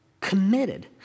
committed